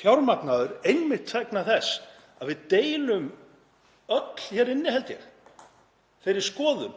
fjármagnaður einmitt vegna þess að við deilum öll hér inni, held ég, þeirri skoðun